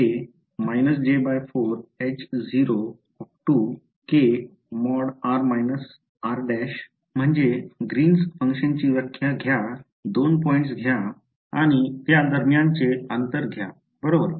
ते म्हणजे ग्रीन फंक्शनची व्याख्या घ्या 2 पॉईंट्स घ्या आणि त्या दरम्यानचे अंतर घ्या बरोबर